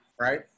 right